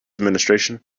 administration